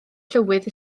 llywydd